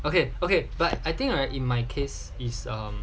okay okay but I think right in my case is um